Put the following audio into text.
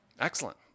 Excellent